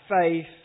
faith